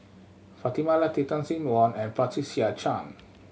Fatimah Lateef Tan Sin Aun and Patricia Chan